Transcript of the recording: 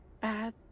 bad